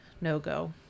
no-go